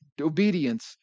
obedience